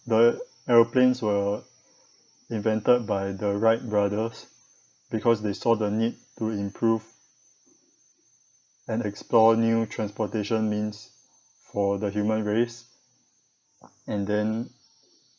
the aeroplanes were invented by the wright brothers because they saw the need to improve and explore new transportation means for the human race and then